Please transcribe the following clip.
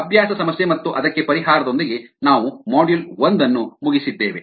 ಅಭ್ಯಾಸ ಸಮಸ್ಯೆ ಮತ್ತು ಅದಕ್ಕೆ ಪರಿಹಾರದೊಂದಿಗೆ ನಾವು ಮಾಡ್ಯೂಲ್ ಒಂದನ್ನು ಮುಗಿಸಿದ್ದೇವೆ